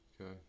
Okay